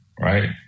right